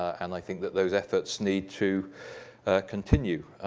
and i think that those efforts need to continue.